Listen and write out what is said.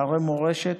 אתרי מורשת,